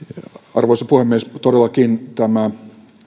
arvoisa puhemies todellakin